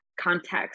context